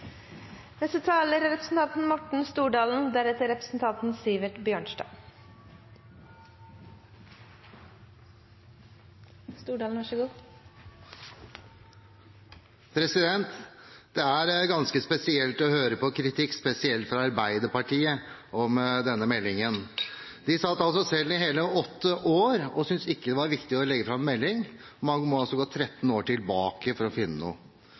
ganske spesielt å høre på kritikk spesielt fra Arbeiderpartiet om denne meldingen. De satt selv i hele åtte år og syntes ikke det var viktig å legge fram en melding. Man må gå 13 år tilbake for å finne noe.